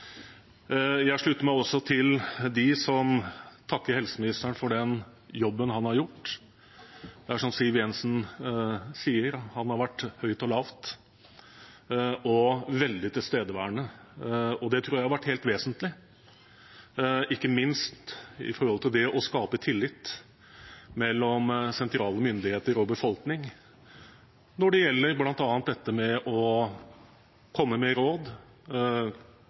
Jeg slutter meg også til dem som takker helseministeren for den jobben han har gjort. Det er som Siv Jensen sier: Han har vært høyt og lavt og veldig tilstedeværende. Det tror jeg har vært helt vesentlig – ikke minst med tanke på å skape tillit mellom sentrale myndigheter og befolkning når det gjelder bl.a. dette med å komme med råd,